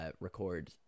record